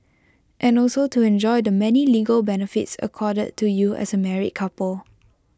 and also to enjoy the many legal benefits accorded to you as A married couple